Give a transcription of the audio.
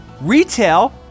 retail